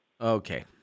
Okay